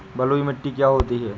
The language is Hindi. बलुइ मिट्टी क्या होती हैं?